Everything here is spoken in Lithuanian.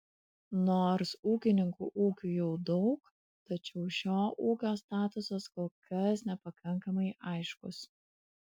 nors ūkininkų ūkių jau daug tačiau šio ūkio statusas kol kas nepakankamai aiškus